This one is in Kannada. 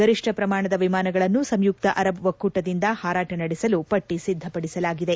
ಗರಿಷ್ನ ಪ್ರಮಾಣದ ವಿಮಾನಗಳನ್ನು ಸಂಯುಕ್ತ ಅರಬ್ ಒಕ್ಕೂಟದಿಂದ ಹಾರಾಟ ನಡೆಸಲು ಪಟ್ಟಿ ಸಿದ್ದಪಡಿಸಲಾಗಿದೆ